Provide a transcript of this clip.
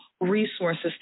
resources